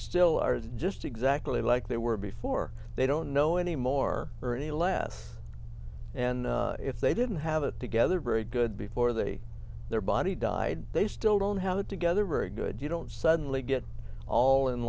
still are just exactly like they were before they don't know anymore ernie laughs and if they didn't have it together very good before they their body died they still don't have it together very good you don't suddenly get all in